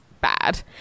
bad